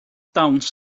dawns